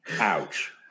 Ouch